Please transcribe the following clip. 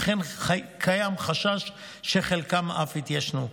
וכן קיים חשש שחלקן אף יתיישנו.